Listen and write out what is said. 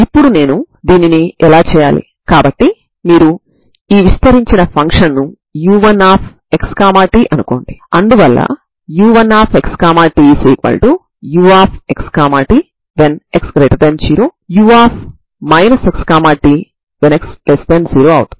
ఇక్కడ axb మరియు మీరు Xa 0 మరియు Xb 0 లను సరిహద్దు నియమాలుగా కలిగి ఉంటారు ఇప్పుడు ఇది మీ సమస్య అవుతుంది